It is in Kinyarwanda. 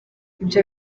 ibyo